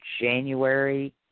January